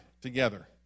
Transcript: together